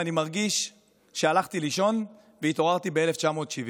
אני מרגיש שהלכתי לישון והתעוררתי ב-1970.